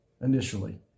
initially